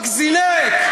רק זינק.